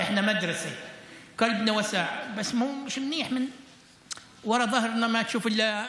(האהבה מאלוהים, ואנחנו, הלב שלנו רחב,